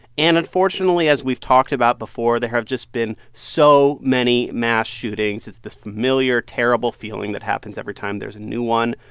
and unfortunately, as we've talked about before, there have just been so many mass shootings. it's this familiar, terrible feeling that happens every time there's a new one.